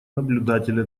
наблюдателя